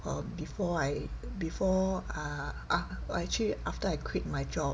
err before I before I ah actually after I quit my job